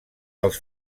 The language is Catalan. dels